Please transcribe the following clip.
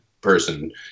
Person